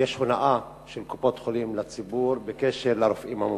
שיש הונאה של קופות-חולים כלפי הציבור בקשר לרופאים המומחים.